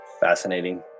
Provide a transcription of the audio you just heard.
Fascinating